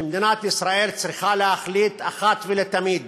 שמדינת ישראל צריכה להחליט אחת ולתמיד